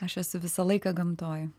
aš esu visą laiką gamtoj